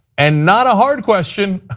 and not a hard question,